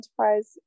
enterprise